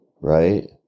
right